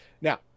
Now